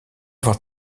avoir